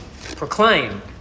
proclaim